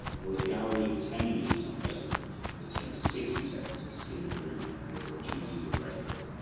or a gallery of ten images on facebook that takes sixty seconds to skim through before choosing your favourite.